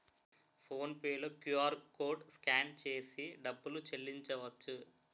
phone pay లో QR code scan చేసి డబ్బులు చెల్లించవచ్చు